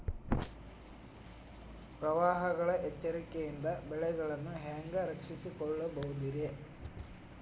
ಪ್ರವಾಹಗಳ ಎಚ್ಚರಿಕೆಯಿಂದ ಬೆಳೆಗಳನ್ನ ಹ್ಯಾಂಗ ರಕ್ಷಿಸಿಕೊಳ್ಳಬಹುದುರೇ?